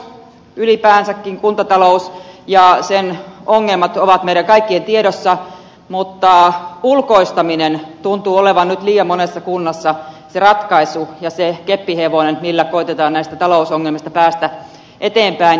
ylipäänsäkin kuntatalous ja sen ongelmat ovat meidän kaikkien tiedossamme mutta ulkoistaminen tuntuu olevan nyt liian monessa kunnassa se ratkaisu ja se keppihevonen millä koetetaan näistä talousongelmista päästä eteenpäin